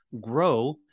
grow